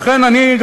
לכן אני,